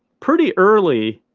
pretty early.